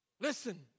Listen